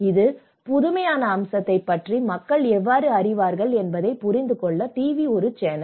இந்த புதுமையான அம்சத்தைப் பற்றி மக்கள் எவ்வாறு அறிவார்கள் என்பதைப் புரிந்துகொள்ள டிவி ஒரு சேனல்